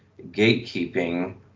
gatekeeping